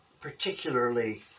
particularly